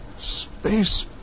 space